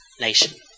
nation